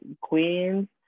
Queens